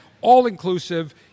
all-inclusive